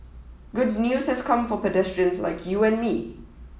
good news has come for pedestrians like you and me